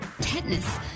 tetanus